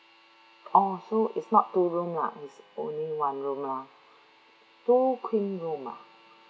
oh so it's not two room lah it's only one room lah two queen room ah